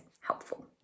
helpful